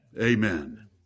Amen